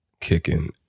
kicking